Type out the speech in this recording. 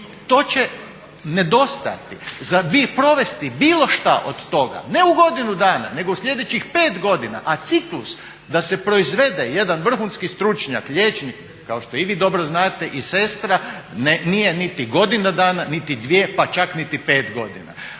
to će nedostajati za provesti bilo šta od toga, ne u godinu dana nego u sljedećih 5 godina. A ciklus da se proizvede jedan vrhunski stručnjak, liječnik, kao što i vi dobro znate i sestra nije niti godina dana, niti dvije pa čak niti 5 godina.